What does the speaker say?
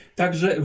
także